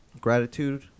gratitude